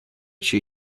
she